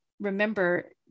remember